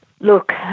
Look